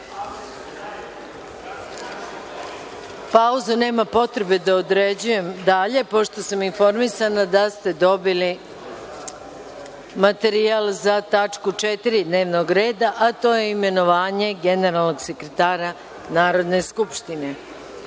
mesto. Pauzu nema potrebe da određujem dalje, pošto sam informisana da ste dobili materijal za 4. tačku dnevnog reda, a to je imenovanje generalnog sekretara Narodne skupštine. Primili